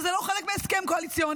וזה לא חלק מההסכם הקואליציוני.